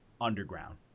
underground